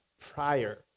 prior